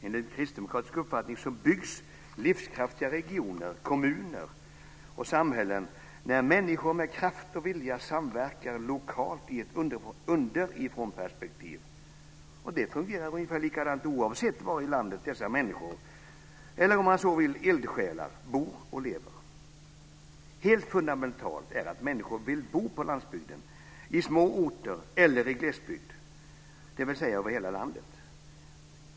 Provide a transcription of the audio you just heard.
Enligt kristdemokratisk uppfattning byggs livskraftiga regioner, kommuner och samhällen när människor med kraft och vilja samverkar lokalt i ett underifrånperspektiv. Det fungerar ungefär likadant oavsett var i landet dessa människor eller, om man så vill, eldsjälar bor och lever. Helt fundamentalt är att människor vill bo på landsbygden, i små orter eller i glesbygd, dvs. över hela landet.